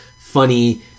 funny